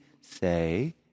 say